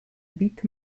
beat